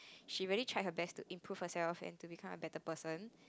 she really tried her best to improve herself and to become a better person